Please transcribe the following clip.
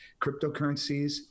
cryptocurrencies